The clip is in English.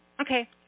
Okay